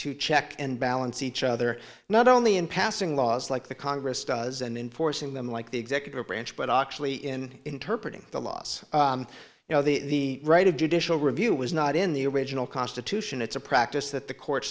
to check and balance each other not only in passing laws like the congress does and enforcing them like the executive branch but actually in interpret the laws you know the right of judicial review was not in the original constitution it's a practice that the court